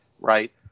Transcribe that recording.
Right